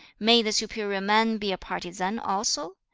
may the superior man be a partisan also?